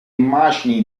immagini